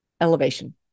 elevation